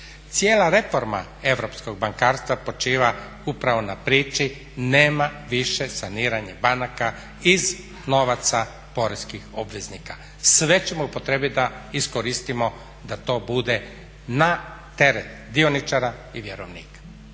Cijela reforma europskog bankarstva počiva upravo na priči nema više saniranje banaka iz novaca poreznih obveznika. Sve ćemo upotrijebiti da iskoristimo da to bude na teret dioničara i vjerovnika